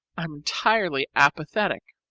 i'm entirely apathetic.